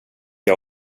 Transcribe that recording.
jag